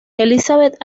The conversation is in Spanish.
elisabeth